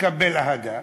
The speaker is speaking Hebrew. שתקבל אהדה.